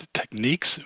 Techniques